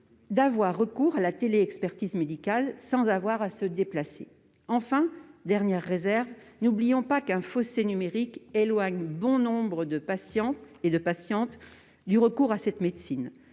d'avoir recours à la téléexpertise médicale sans avoir à se déplacer. Enfin, dernière réserve, n'oublions pas qu'un fossé numérique éloigne bon nombre de patients et de patientes du recours à cette médecine.